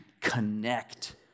connect